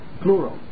Plural